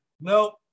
Nope